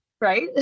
Right